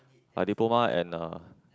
like diploma and uh